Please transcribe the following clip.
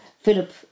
Philip